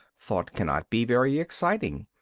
thought cannot be very exciting,